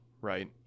right